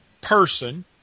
person